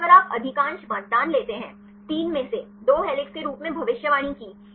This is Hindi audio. लेकिन अगर आप अधिकांश मतदान लेते हैं 3 में से 2 हेलिक्स के रूप में भविष्यवाणी की